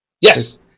Yes